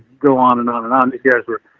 go on and on and on. and you guys were,